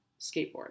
skateboard